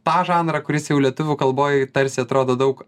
tą žanrą kuris jau lietuvių kalboj tarsi atrodo daug